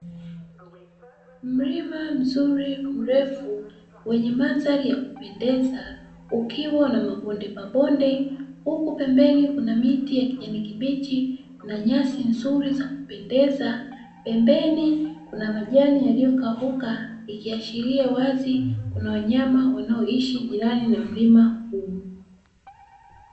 Mlima mzuri mrefu wenye mandhari ya kupendeza ukiwa na mabondemabonde huku pembeni kuna miti ya kijani kibichi na nyasi nzuri za kupendeza, pembeni kuna majani yaliyokauka ikiashiria wazi kuna wanyama wanaoishi jirani na mlima huu.